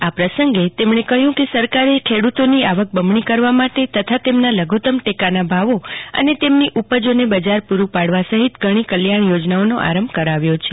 આ પ્રસંગે તેમણે કહ્યુ કે સર્કારે ખેડુતોની આવક બમણી કરવા માટે તથા તેમને લધુત્તમ ઠેકાના ભાવો અને તેમની ઉપજોને બજાર પુરૂ પાડવા સહિત ઘણી કલ્યાણ યોજાનાઓનો આરંભ કરાવ્યો છે